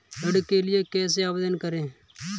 ऋण के लिए कैसे आवेदन करें?